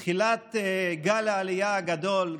בתחילת גל העלייה הגדול,